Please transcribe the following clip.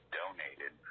donated